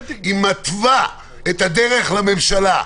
היא מתווה את הדרך לממשלה.